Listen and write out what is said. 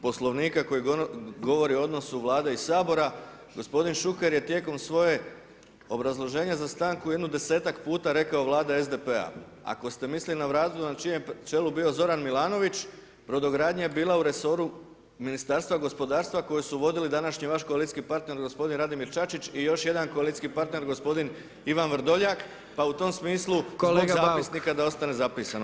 Poslovnika koji govori o odnosu Vlade i sabora, gospodin Šuker je tijekom svoje obrazloženje za stanku jedno 10-tak puta rekao vlada SDP-a, ako ste mislili na vladu na čijem je čelu bio Zoran Milanović, brodogradnja je bila u resoru Ministarstva gospodarstva koju su vodili današnji vaš koalicijski partner gospodin Radimir Čačić i još jedan koalicijski partner gospodin Ivan Vrdoljak, pa u tom smislu [[Upadica: Kolega Bauk.]] zbog zapisnika da ostane zapisano.